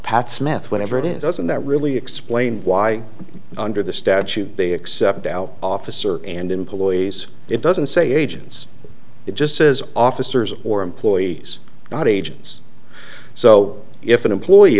pat smith whatever it is doesn't that really explain why under the statute they accept out officer and employees it doesn't say agents it just says officers or employees not agents so if an employee